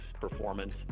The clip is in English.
performance